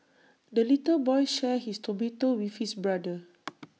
the little boy shared his tomato with his brother